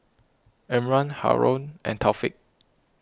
Imran Haron and Taufik